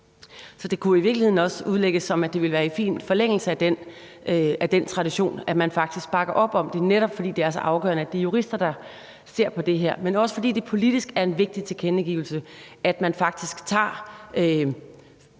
Så det kunne i virkeligheden også udlægges som, at det ville være i fin forlængelse af den tradition, at man faktisk bakker op om det, netop fordi det er så afgørende, at det er jurister, der ser på det her, men også fordi det politisk er en vigtig tilkendegivelse, at man faktisk tager